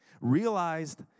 Realized